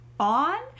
on